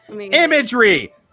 Imagery